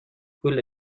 پول